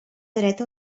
dreta